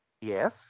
Yes